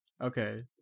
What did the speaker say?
Okay